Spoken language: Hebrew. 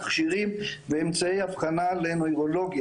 תכשירים ואמצעי אבחנה לנוירולוגיה.